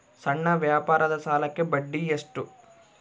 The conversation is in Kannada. ಸಣ್ಣ ವ್ಯಾಪಾರದ ಸಾಲಕ್ಕೆ ಬಡ್ಡಿ ಎಷ್ಟು?